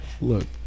look